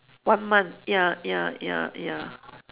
one month ya ya ya ya